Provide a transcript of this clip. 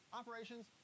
operations